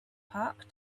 park